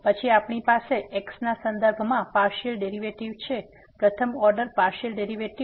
પછી આપણી પાસે x ના સંદર્ભમાં પાર્સીઅલ ડેરીવેટીવ છે પ્રથમ ઓર્ડર પાર્સીઅલ ડેરીવેટીવ